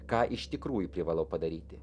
ką iš tikrųjų privalau padaryti